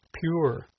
pure